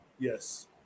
Yes